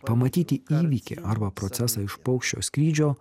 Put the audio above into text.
pamatyti įvykį arba procesą iš paukščio skrydžio